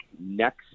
next